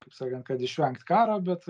kaip sakant kad išvengt karo bet